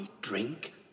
drink